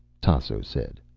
tasso said.